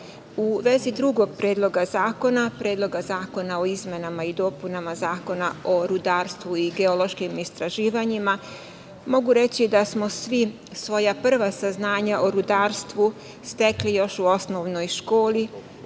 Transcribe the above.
vezi drugom predloga zakona, Predloga zakona o izmenama i dopunama Zakona o rudarstvu i geološkim istraživanjima mogu reći da smo svi svoja prva saznanja o rudarstvu stekli još u osnovnoj školi